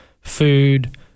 food